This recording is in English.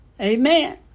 Amen